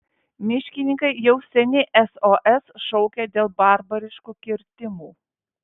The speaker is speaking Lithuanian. miškininkai jau seniai sos šaukia dėl barbariškų kirtimų